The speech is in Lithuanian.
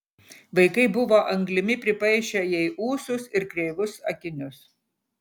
vaikai buvo anglimi pripaišę jai ūsus ir kreivus akinius